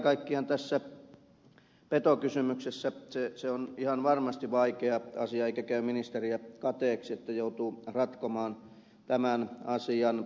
mutta kaiken kaikkiaan tämä petokysymys on ihan varmasti vaikea asia eikä käy ministeriä kateeksi että hän joutuu ratkomaan tämän asian